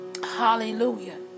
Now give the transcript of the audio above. Hallelujah